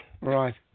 Right